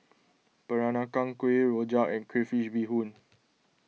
Peranakan Kueh Rrojak and Crayfish BeeHoon